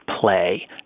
play